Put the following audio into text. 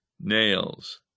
nails